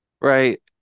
Right